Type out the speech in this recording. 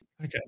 Okay